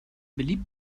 beliebt